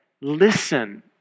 Listen